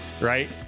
right